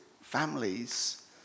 families